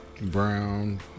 Brown